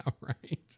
right